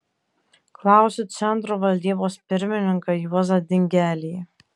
klausiu centro valdybos pirmininką juozą dingelį